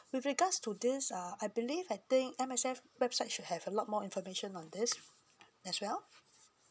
with regards to this uh I believe I think I M_S_F website should have a lot more information on this as well